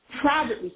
private